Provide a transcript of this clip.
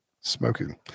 Smoking